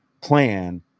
plan